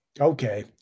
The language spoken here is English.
Okay